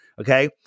okay